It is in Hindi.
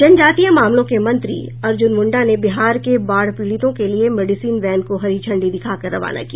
जनजातीय मामलों के मंत्री अर्जुन मुंडा ने बिहार के बाढ़ पीडितों के लिए मेडिसिन वैन को हरी झंडी दिखाकर रवाना किया